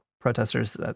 protesters